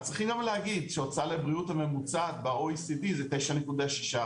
אז צריכים גם להגיד שההוצאה לבריאות הממוצעת ב-OECD זה 9.6%,